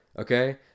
okay